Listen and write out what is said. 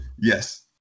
Yes